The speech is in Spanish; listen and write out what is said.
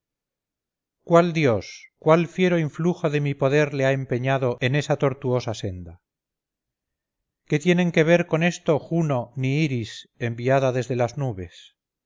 cuál dios cuál fiero influjo de mi poder le ha empeñado en esa tortuosa senda qué tienen que ver con esto juno ni iris enviada desde las nubes